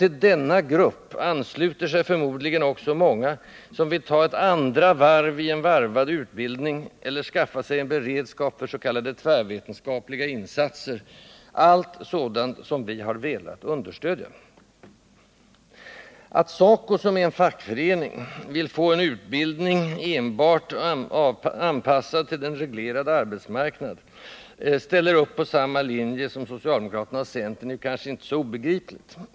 Till denna grupp ansluter sig förmodligen många som vill ta ett andra varv i en varvad utbildning eller skaffa sig en beredskap för s.k. tvärvetenskapliga insatser — allt sådant som vi har velat understödja. Att SACO, som är en fackförening, vill få en utbildning enbart anpassad till den reglerade arbetsmarknaden och därför står på samma linje som socialdemokraterna och centern är kanske inte så obegripligt.